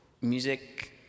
Music